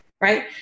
right